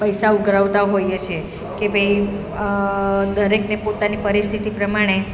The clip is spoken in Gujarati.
પૈસા ઉઘરાવતા હોઈએ છે કે ભાઈ દરેકને પોતાની પરિસ્થિતિ પ્રમાણે